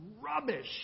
rubbish